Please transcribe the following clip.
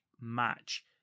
match